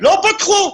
לא פתחו.